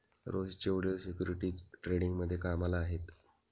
रोहितचे वडील सिक्युरिटीज ट्रेडिंगमध्ये कामाला आहेत